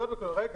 רגע.